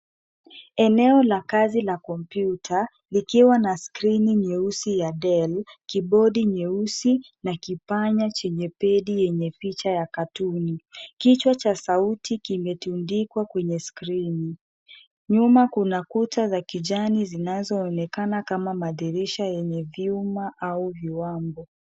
Eneo la kazi la kompyuta likiwa na skrini nyeusi ya Dell, kibodi nyeusi na kipanya chenye pedi yenye picha ya katuni. Kichwa cha sauti kimetundikwa kwenye skrini. Nyuma kuna kuta za kijani zinazoonekana kama madirisha yenye vyuma ama viwambo.